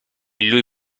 lui